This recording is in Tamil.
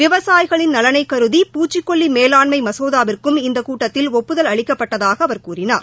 விவசாயிகளின் நலனைகருதி பூச்சிக்கொல்லிமேலாண்மைமசோதாவிற்கும் இக்கூட்டத்தில் ஒப்புதல் அளிக்கப்பட்டதாகஅவர் கூறினார்